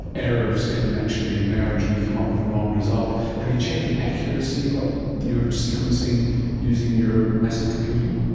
errors can actually emerge and you come up with the wrong result. have you checked the accuracy of your sequencing using your massive computing?